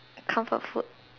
comfort food